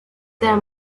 their